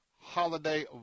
holiday